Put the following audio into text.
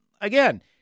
again